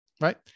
Right